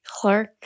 Clark